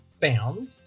found